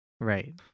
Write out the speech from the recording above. right